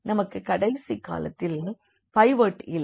நமக்கு கடைசி காலத்தில் பைவோட் இல்லை